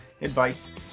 advice